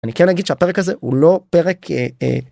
אני כן אגיד שהפרק הזה הוא לא פרק...